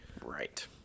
Right